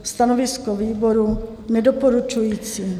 Stanovisko výboru: Nedoporučující.